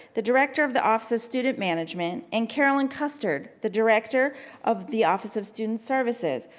the director of the office of student management, and carolyn custard, the director of the office of student services,